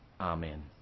amen